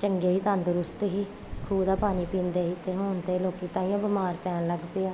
ਚੰਗੇ ਸੀ ਤੰਦਰੁਸਤ ਸੀ ਖੂਹ ਦਾ ਪਾਣੀ ਪੀਂਦੇ ਸੀ ਅਤੇ ਹੁਣ ਤਾਂ ਲੋਕੀ ਤਾਂਹੀਓ ਬਿਮਾਰ ਪੈਣ ਲੱਗ ਪਏ ਆ